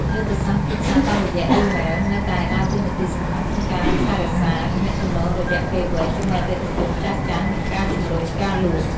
យុទ្ធសាស្ត្រទីផ្សារតាមរយៈអ៊ីមែល នៅតែដើរតួនាទីសំខាន់ក្នុងការថែរក្សាទំនាក់ទំនងរយៈពេលវែងជាមួយអតិថិជនចាស់ៗ និងការជំរុញការលក់។